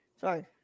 Sorry